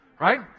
right